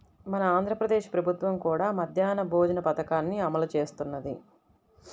మన ఆంధ్ర ప్రదేశ్ ప్రభుత్వం కూడా మధ్యాహ్న భోజన పథకాన్ని అమలు చేస్తున్నది